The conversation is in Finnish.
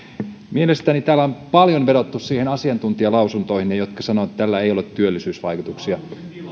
mielestäni täällä on paljon vedottu niihin asiantuntijalausuntoihin jotka sanovat että tällä ei ole työllisyysvaikutuksia